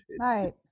Right